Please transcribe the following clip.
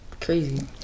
Crazy